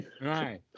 Right